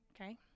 Okay